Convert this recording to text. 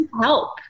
Help